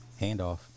handoff